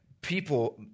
people